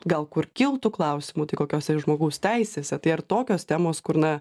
gal kur kiltų klausimų tai kokiose žmogaus teisėse tai ar tokios temos kur na